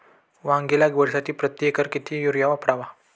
वांगी लागवडीसाठी प्रति एकर किती युरिया वापरावा?